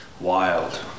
Wild